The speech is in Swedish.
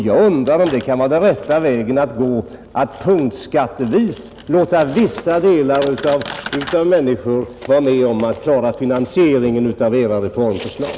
Jag undrar om det kan vara rätta vägen att genom punktskatter låta vissa grupper svara för finansieringen av de reformer man föreslår.